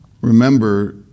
Remember